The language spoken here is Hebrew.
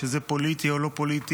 שזה פוליטי או לא פוליטי,